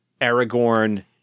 Aragorn